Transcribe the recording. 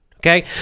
Okay